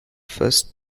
first